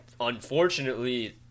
unfortunately